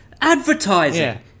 Advertising